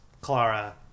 clara